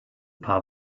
paar